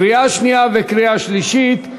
קריאה שנייה וקריאה שלישית.